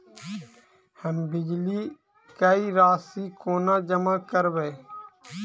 हम बिजली कऽ राशि कोना जमा करबै?